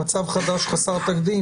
מצב חדש חסר תקדים,